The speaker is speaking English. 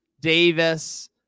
Davis